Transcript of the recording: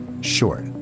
short